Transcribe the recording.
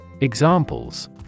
Examples